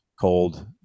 cold